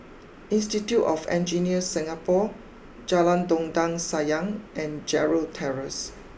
Institute of Engineers Singapore Jalan Dondang Sayang and Gerald Terrace